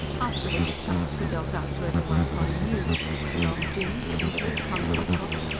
afterwards chunks were dealt out to every one polly knew to long jim, hempel, tommy ocock,